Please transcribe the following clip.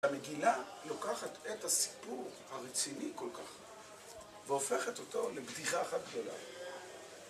המגילה לוקחת את הסיפור הרציני כל כך, והופכת אותו לבדיחה אחת גדולה.